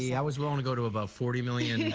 yeah i was willing to go to about forty million